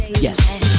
Yes